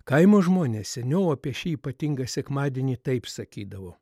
kaimo žmonės seniau apie šį ypatingą sekmadienį taip sakydavo